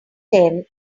ten